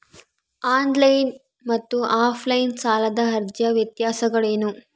On line ಮತ್ತು offline ಸಾಲದ ಅರ್ಜಿಯ ವ್ಯತ್ಯಾಸಗಳೇನು?